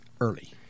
early